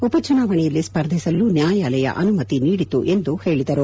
ಉಪಚುನಾವಣೆಯಲ್ಲಿ ಸ್ಪರ್ಧಿಸಲು ನ್ಯಾಯಾಲಯ ಅನುಮತಿ ನೀಡಿತು ಎಂದು ಹೇಳಿದರು